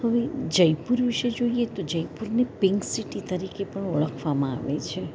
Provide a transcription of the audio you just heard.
હવે જયપુર વિશે જોઇએ તો જયપુરને પિન્ક સીટી તરીકે પણ ઓળખવામાં આવે છે